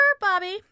Bobby